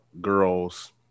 girls